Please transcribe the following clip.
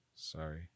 Sorry